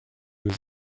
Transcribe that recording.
was